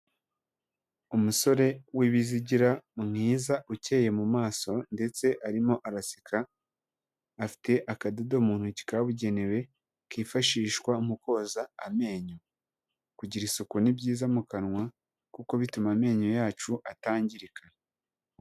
Umusore w'ibizigira mwiza ukeye mu maso ndetse arimo araseka, afite akadodo mu ntoki kabugenewe kifashishwa mu koza amenyo, kugira isuku ni byiza mu kanwa kuko bituma amenyo yacu atangirika.